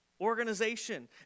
organization